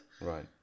Right